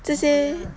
这些